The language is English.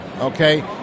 okay